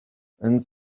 and